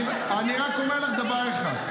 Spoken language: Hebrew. אני רק אומר לך דבר אחד: